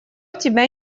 тебя